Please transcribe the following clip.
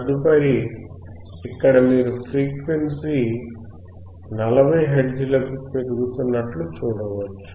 తదుపరి ఇక్కడ మీరు ఫ్రీక్వెన్సీ 40 హెర్ట్జ్లకు పెరుగుతున్నట్లు చూడవచ్చు